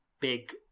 big